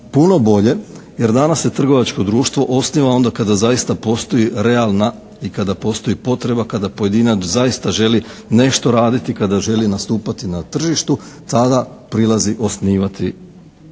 puno bolje, jer danas se trgovačko društvo osniva onda kada zaista postoji realna i kada postoji potreba kada pojedinac zaista želi nešto raditi, kada želi nastupati na tržištu, tada prilazi osnivati određeno